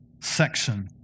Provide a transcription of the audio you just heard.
section